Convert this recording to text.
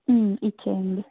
ఇచ్చేయండి